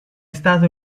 stato